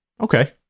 Okay